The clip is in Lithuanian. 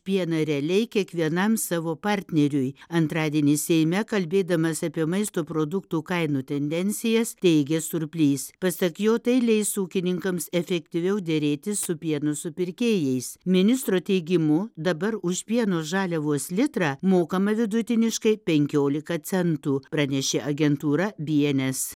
pieną realiai kiekvienam savo partneriui antradienį seime kalbėdamas apie maisto produktų kainų tendencijas teigė surplys pasak jo tai leis ūkininkams efektyviau derėtis su pieno supirkėjais ministro teigimu dabar už pieno žaliavos litrą mokama vidutiniškai penkiolika centų pranešė agentūra by en es